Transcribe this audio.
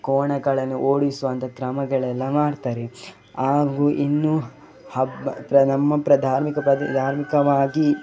ಕೋಣಗಳನ್ನು ಓಡಿಸುವಂಥ ಕ್ರಮಗಳೆಲ್ಲ ಮಾಡ್ತಾರೆ ಹಾಗೂ ಇನ್ನೂ ಹಬ್ಬ ಪ್ರ ನಮ್ಮ ಪ್ರ ಧಾರ್ಮಿಕ ಪ್ರದೆ ಧಾರ್ಮಿಕವಾಗಿ